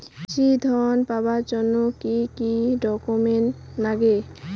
কৃষি ঋণ পাবার জন্যে কি কি ডকুমেন্ট নাগে?